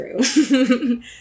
true